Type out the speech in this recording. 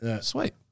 sweet